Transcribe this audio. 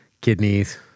kidneys